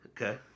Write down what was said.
okay